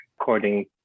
according